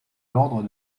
l’ordre